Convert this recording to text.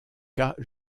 cas